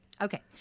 Okay